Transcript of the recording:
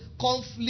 conflict